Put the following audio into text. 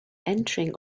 entering